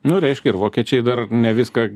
nu reiškia ir vokiečiai dar ne viską